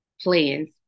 plans